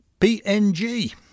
PNG